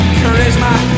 charisma